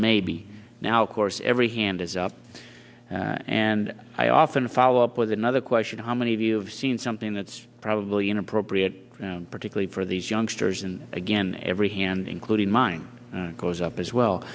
maybe now of course every hand is up and i often follow up with another question how many of you have seen something that's probably inappropriate particularly for these youngsters and again every hand including mine goes up as well